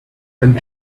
and